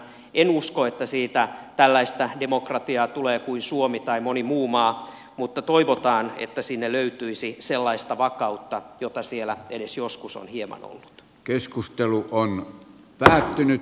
en usko että siitä tällaista demokratiaa tulee kuin suomi tai moni muu maa mutta toivotaan että sinne löytyisi sellaista vakautta jota siellä edes joskus on hieman ollut